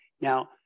Now